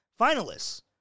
finalists